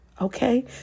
okay